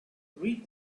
read